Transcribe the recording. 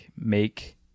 make